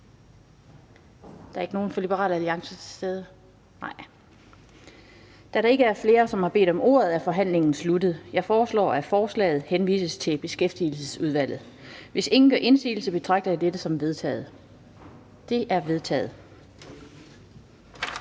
Der er ikke nogen fra Liberal Alliance til stede? Nej. Da der ikke er flere, som har bedt om ordet, er forhandlingen sluttet. Jeg foreslår, at forslaget henvises til Beskæftigelsesudvalget. Hvis ingen gør indsigelse, betragter jeg dette som vedtaget. Det er vedtaget.